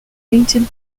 painted